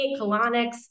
colonics